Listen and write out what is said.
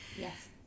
Yes